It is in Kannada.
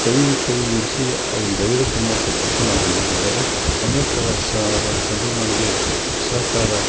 ಕೈ ಕೈಗೂಡಿಸಿ ಅವ ಧೈರ್ಯ ತುಂಬೊಂಥ ಕೆಲಸ ನನಗೆ ಮಾಡಿದ್ದಾರೆ ಅನೇಕ ಸ ಜನರು ನನಗೆ ಸಹಕಾರ